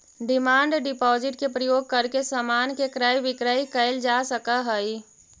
demand deposit के प्रयोग करके समान के क्रय विक्रय कैल जा सकऽ हई